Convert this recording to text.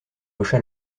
hocha